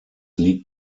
liegt